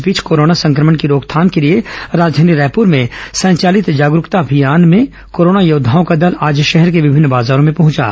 इस बीच कोरोना संक्रमण की रोकथाम के लिए राजधानी रायपुर में संचालित जागरूकता महाअभियान में कोरोना योद्वाओं का दल आज शहर के विभिन्न बाजारों में पहुंचा